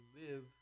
live